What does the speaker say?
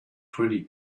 twenty